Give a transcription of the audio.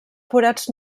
forats